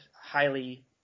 highly